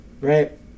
right